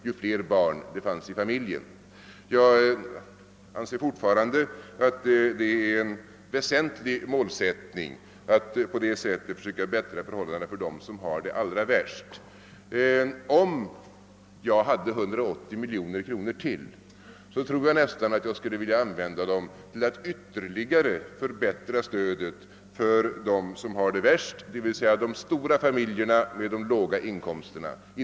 Jag anser fortfarande att det är en väsentlig målsättning att på detta vis försöka förbättra förhållandena för dem som har det sämst. Om jag disponerade ytterligare 180 miljoner kronor tror jag därför nästan att jag i dagens läge skulle vilja använda dem till att ytterligare förbättra stödet för dem som har det värst, d. v. s. de stora familjerna med de låga inkomsterna.